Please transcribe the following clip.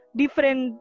different